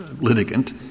litigant